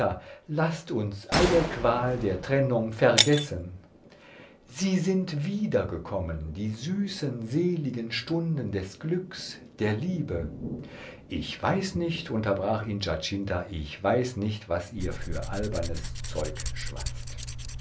laß uns alle qual der trennung vergessen sie sind wiedergekommen die süßen seligen stunden des glücks der liebe ich weiß nicht unterbrach ihn giacinta ich weiß nicht was ihr für albernes zeug schwatzt